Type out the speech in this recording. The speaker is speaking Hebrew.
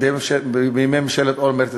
בימי ממשלת אולמרט,